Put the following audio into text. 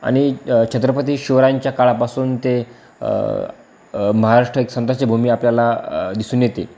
आनि छत्रपती शिवरायांच्या काळापासून ते महाराष्ट्र एक संताच्या भूमी आपल्याला दिसून येते